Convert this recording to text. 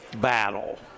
battle